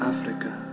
Africa